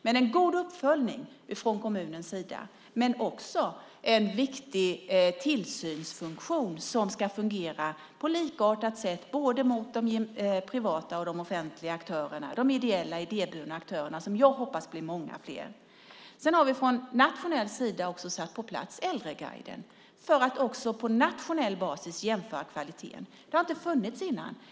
Med en god uppföljning från kommunens sida och en viktig tillsynsfunktion, som ska fungera på likartat sätt mot både privata och offentliga aktörer hoppas jag att de ideella och idéburna aktörerna ska bli många fler. Från nationell sida har vi inrättat Äldreguiden för att också på nationell basis jämföra kvaliteten. Detta har inte funnits innan.